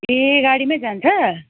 ए गाडीमै जान्छ